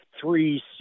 three